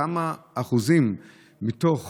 כמה אחוזים מתוך